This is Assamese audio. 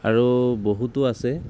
আৰু বহুতো আছে